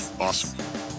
Awesome